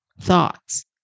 thoughts